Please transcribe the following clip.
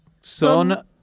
Son